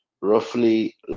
Roughly